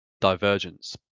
divergence